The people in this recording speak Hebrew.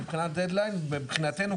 מבחינת דד-ליין ומבחינתנו,